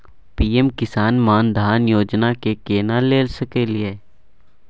PM Kisan Maan Dhan Yojana के केना ले सकलिए?